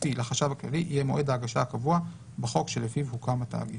הכספי לחשב הכללי יהיה מועד ההגשה הקבוע בחוק שלפיו הוקם התאגיד.